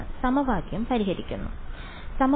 വിദ്യാർത്ഥി സമവാക്യം പരിഹരിക്കുന്നു സമയം കാണുക 0954